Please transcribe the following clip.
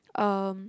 um